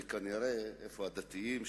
וכנראה, איפה הדתיים?